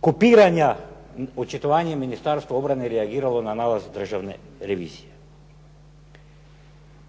kopiranja očitovanja Ministarstva obrane reagiralo na nalaz Državne revizije.